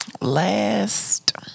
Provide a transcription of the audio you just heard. last